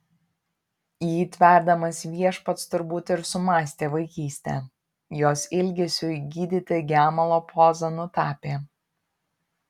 jį tverdamas viešpats turbūt ir sumąstė vaikystę jos ilgesiui gydyti gemalo pozą nutapė